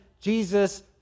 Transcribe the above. Jesus